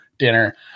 Dinner